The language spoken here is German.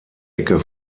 ecke